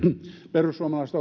perussuomalaiset